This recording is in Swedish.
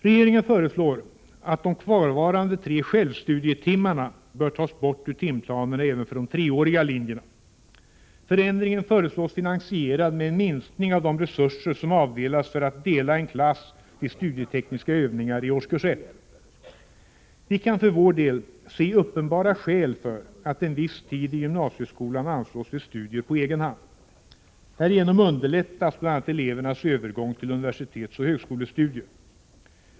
Regeringen föreslår också att de kvarvarande tre självstudietimmarna bör tas bort ur timplanerna även för de treåriga linjerna. Förändringen föreslås finansierad med en minskning av de resurser som avdelats för att dela en klass vid studietekniska övningar i årskurs 1. Vi kan för vår del se uppenbara skäl för att en viss tid i gymnasieskolan anslås till studier på egen hand. Härigenom underlättas bl.a. elevernas övergång till universitetsoch högskolestudier.